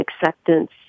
acceptance